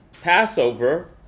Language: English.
Passover